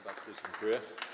Bardzo dziękuję.